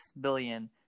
billion